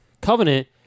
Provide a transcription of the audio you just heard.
Covenant